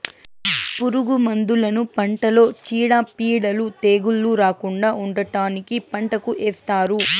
పురుగు మందులను పంటలో చీడపీడలు, తెగుళ్ళు రాకుండా ఉండటానికి పంటకు ఏస్తారు